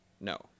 No